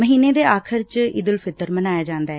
ਮਹੀਨੇ ਦੇ ਆਖਰ ਚ ਈਦ ਉਲ ਫਿਤਰ ਮਨਾਇਆ ਜਾਂਦੈ